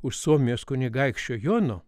už suomijos kunigaikščio jono